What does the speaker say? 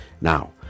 now